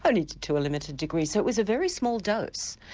only to to a limited degree so it was a very small dose.